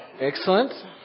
Excellent